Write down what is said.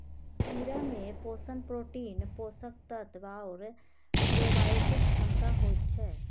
कीड़ामे पोषण प्रोटीन, पोषक तत्व आओर प्रोबायोटिक क्षमता होइत छै